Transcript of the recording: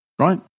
right